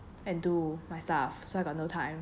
and do my stuff so I got no time